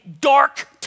dark